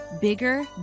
bigger